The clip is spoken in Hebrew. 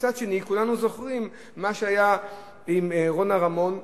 מצד שני כולנו זוכרים את מה שהיה עם רונה רמון,